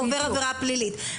הוא עובר עבירה פלילית.